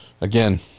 Again